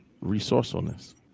resourcefulness